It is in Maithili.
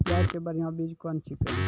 प्याज के बढ़िया बीज कौन छिकै?